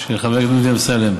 של חבר הכנסת אמסלם.